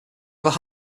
other